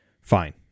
fine